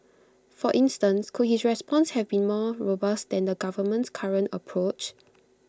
for instance could his response have been more robust than the government's current approach